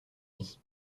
vie